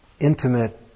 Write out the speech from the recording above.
intimate